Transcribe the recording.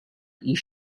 east